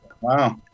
Wow